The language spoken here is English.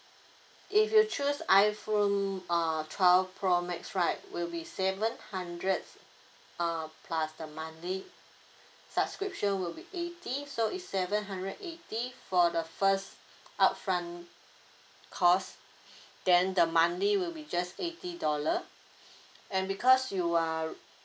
if you choose iphone uh twelve pro max right will be seven hundred uh plus the monthly subscription will be eighty so is seven hundred eighty for the first upfront cost then the monthly will be just eighty dollar and because you are